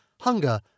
hunger